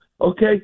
Okay